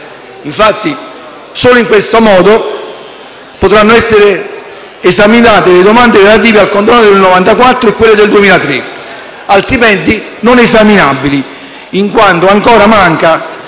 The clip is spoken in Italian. Infatti, solo in questo modo potranno essere esaminate le domande relative al condono del 1994 e a quello del 2003, altrimenti non esaminabili, in quanto ancora manca